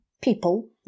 People